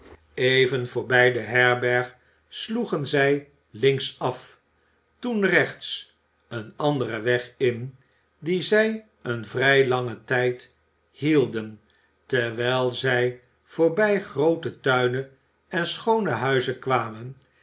even voorbij de herberg sloegen zij linksaf toen rechts een anderen weg in dien zij een vrij langen tijd hielden terwijl zij voorbij groote tuinen en schoone huizen kwamen